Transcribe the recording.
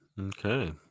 okay